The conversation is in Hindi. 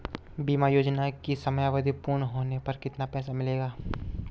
बीमा योजना की समयावधि पूर्ण होने पर कितना पैसा मिलेगा?